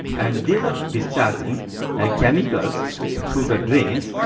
and they were discharging ah chemicals through the drains,